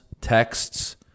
texts